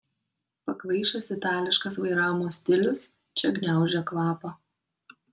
pakvaišęs itališkas vairavimo stilius čia gniaužia kvapą